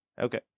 Okay